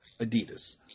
Adidas